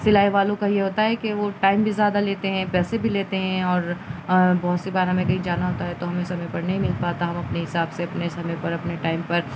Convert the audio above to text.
سلائی والوں کا ہی ہوتا ہے کہ وہ ٹائم بھی زیادہ لیتے ہیں پیسے بھی لیتے ہیں اور بہت سی بار ہمیں کہیں جانا ہوتا ہے تو ہمیں سمے پر نہیں مل پاتا ہم اپنے حساب سے اپنے سمے پر اپنے ٹائم پر